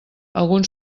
algun